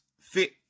Fit